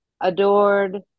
adored